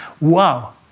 Wow